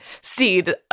Seed